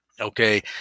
Okay